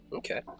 Okay